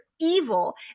evil